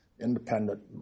independent